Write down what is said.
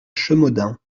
chemaudin